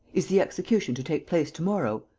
is the execution to take place to-morrow?